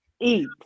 eat